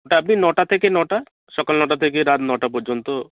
ওটা আপনি নটা থেকে নটা সকাল নটা থেকে রাত নটা পর্যন্ত